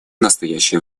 настоящее